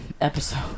episode